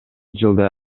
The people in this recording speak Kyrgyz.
жылдай